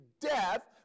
death